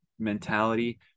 mentality